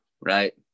right